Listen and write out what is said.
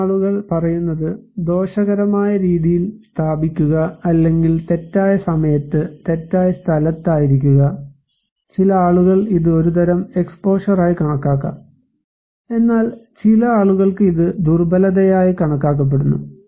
ചില ആളുകൾ പറയുന്നത് ദോഷകരമായ രീതിയിൽ സ്ഥാപിക്കുക അല്ലെങ്കിൽ തെറ്റായ സമയത്ത് തെറ്റായ സ്ഥലത്ത് ആയിരിക്കുക ചില ആളുകൾ ഇത് ഒരുതരം എക്സ്പോഷർ ആയി കണക്കാക്കാം എന്നാൽ ചില ആളുകൾക്ക് ഇത് ദുർബലതയായി കണക്കാക്കപ്പെടുന്നു